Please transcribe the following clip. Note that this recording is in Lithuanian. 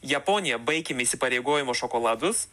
japonija baikim įsipareigojimo šokoladus